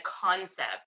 concept